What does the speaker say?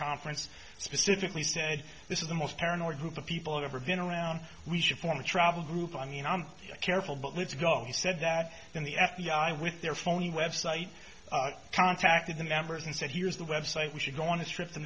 conference specifically said this is the most paranoid group of people ever been around we should form a travel group i mean i'm careful but let's go he said that when the f b i with their phony web site contacted the members and said here's the web site we should go on a trip to